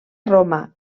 roma